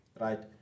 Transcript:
Right